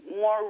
more